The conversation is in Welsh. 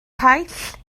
paill